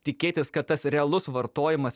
tikėtis kad tas realus vartojimas